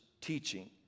teaching